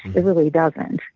it really doesn't.